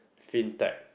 fin tech